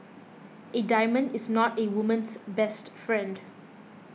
a diamond is not a woman's best friend